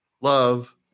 love